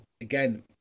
again